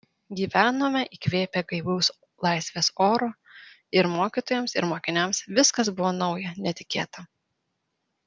gyvenome įkvėpę gaivaus laisvės oro ir mokytojams ir mokiniams viskas buvo nauja netikėta